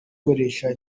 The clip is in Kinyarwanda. akoreshwa